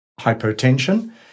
hypotension